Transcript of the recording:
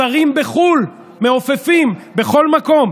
השרים בחו"ל, מעופפים בכל מקום.